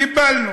קיבלנו.